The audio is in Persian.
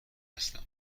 هستم